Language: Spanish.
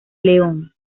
león